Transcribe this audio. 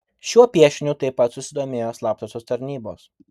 šiuo piešiniu taip pat susidomėjo slaptosios tarnybos